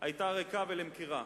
היתה ריקה ולמכירה,